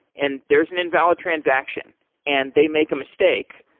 and there is an invalid transaction and they make a mistake,